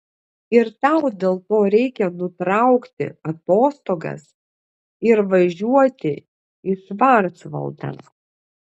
ir tau dėl to reikia nutraukti atostogas ir važiuoti į švarcvaldą